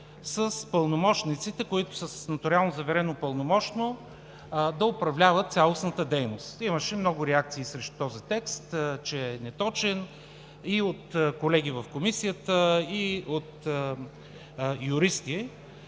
с пълномощниците, които са с нотариално заверено пълномощно, да управляват цялостната дейност. Имаше много реакции срещу този текст – че е неточен, и от колеги в Комисията, и от юристи.